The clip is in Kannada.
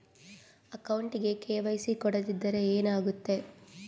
ಅಕೌಂಟಗೆ ಕೆ.ವೈ.ಸಿ ಕೊಡದಿದ್ದರೆ ಏನಾಗುತ್ತೆ?